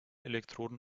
elektroden